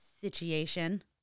situation